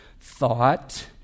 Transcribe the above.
thought